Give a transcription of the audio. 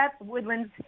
Woodlands